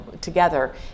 together